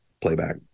playback